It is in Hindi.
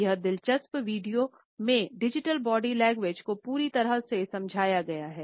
इस दिलचस्प वीडियो में डिजिटल बॉडी लैंग्वेज को पूरी तरह से समझाया गया है